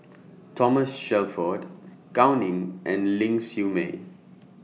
Thomas Shelford Gao Ning and Ling Siew May